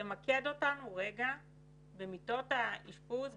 תמקד אותנו רגע במיטות האשפוז בפנימיות,